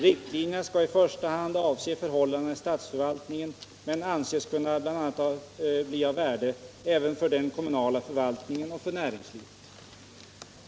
Riktlinjerna skall i första hand avse förhållandena i statsförvaltningen men anses kunna bli av värde även för den kommunala förvaltningen och för näringslivet.